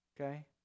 Okay